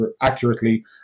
accurately